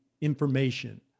information